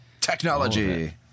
technology